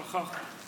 שכח.